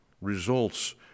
results